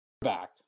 back